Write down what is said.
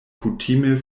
kutime